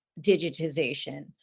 digitization